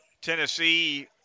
Tennessee